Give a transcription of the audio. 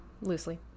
Loosely